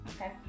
Okay